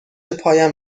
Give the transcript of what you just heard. پایم